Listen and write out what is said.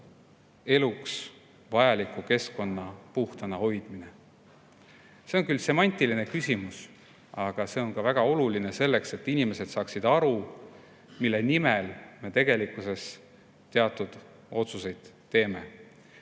eluks vajaliku keskkonna puhtana hoidmine. See on küll semantiline küsimus, aga see on väga oluline selleks, et inimesed saaksid aru, mille nimel me tegelikkuses teatud otsuseid teeme.